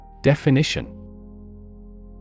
Definition